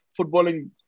footballing